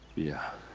yeah.